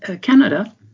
Canada